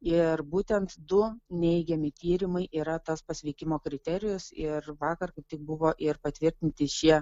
ir būtent du neigiami tyrimai yra tas pasveikimo kriterijus ir vakar kaip tik buvo ir patvirtinti šie